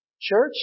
Church